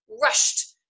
rushed